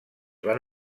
van